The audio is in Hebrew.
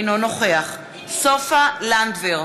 אינו נוכח סופה לנדבר,